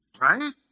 Right